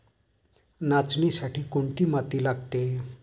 नाचणीसाठी कोणती माती लागते?